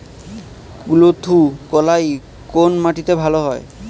কুলত্থ কলাই কোন মাটিতে ভালো হয়?